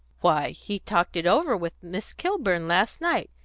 why, he talked it over with miss kilburn last night,